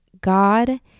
God